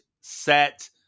set